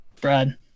Brad